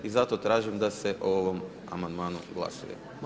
I zato tražim da se o ovom amandmanu glasuje.